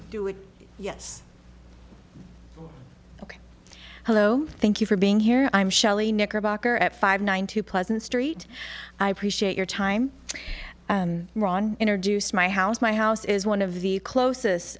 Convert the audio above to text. do it yes ok hello thank you for being here i'm shelley knickerbocker at five nine two pleasant street i appreciate your time ron introduced my house my house is one of the closest